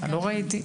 לא ראיתי.